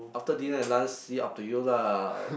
after dinner and lunch see up to you lah